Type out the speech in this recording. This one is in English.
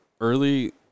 early